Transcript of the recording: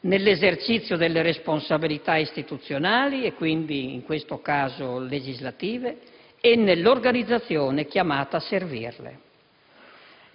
nell'esercizio delle responsabilità istituzionali e quindi, in questo caso, legislative e nell'organizzazione chiamata a servirle.